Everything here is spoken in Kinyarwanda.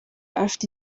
afite